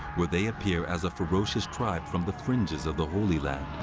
where they appear as a ferocious tribe from the fringes of the holy land.